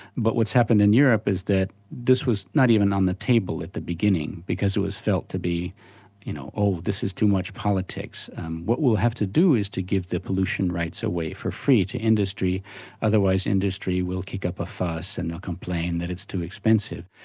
but what's happened in europe is that this was not even on the table at the beginning, because it was felt to be you know oh this is too much politics, and what we'll have to do is to give the pollution rights away for free to industry otherwise industry will kick up a fuss and they'll complain that it's too expensive.